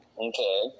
Okay